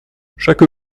chaque